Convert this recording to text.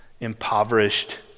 impoverished